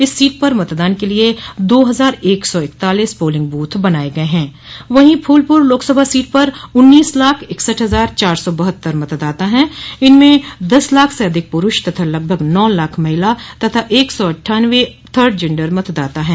इस सीट पर मतदान के लिए दो हजार एक सौ इकतालीस पोलिंग बूथ बनाये गये हैं वहीं फूलपुर लोकसभा सीट पर उन्नीस लाख इकसठ हजार चार सौ बहत्तर मतदाता है इनमें दस लाख से अधिक पुरूष तथा लगभग नौ लाख महिला और एक सौ अट्ठानवें थर्ड जेंडर मतदाता है